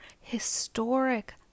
historic